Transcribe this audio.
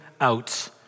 out